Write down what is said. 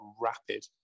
rapid